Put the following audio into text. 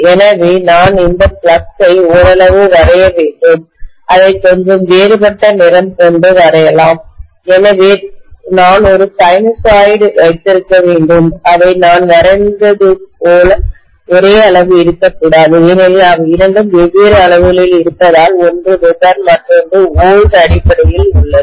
எனவே நான் இந்த ஃப்ளக்ஸ் ஐ ஓரளவு வரைய வேண்டும் அதை கொஞ்சம் வேறுபட்ட நிறம் கொண்டு வரையலாம் எனவே நான் ஒரு சைனூசாய்டு வைத்திருக்க வேண்டும் அவை நான் வரைந்தது போல் ஒரே அளவு இருக்கக்கூடாது ஏனெனில் அவை இரண்டும் வெவ்வேறு அளவுகளில் இருப்பதால் ஒன்று Wb மற்றொன்று வோல்ட் அடிப்படையில் உள்ளது